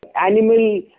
Animal